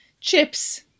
Chips